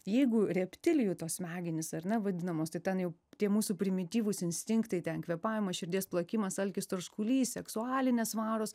jeigu reptilijų tos smegenys ar ne vadinamos tai ten jau tie mūsų primityvūs instinktai ten kvėpavimas širdies plakimas alkis troškulys seksualinės varos